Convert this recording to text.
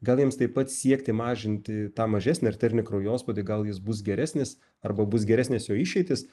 gal jiems taip pat siekti mažinti tą mažesnį arterinį kraujospūdį gal jis bus geresnis arba bus geresnės jo išeitys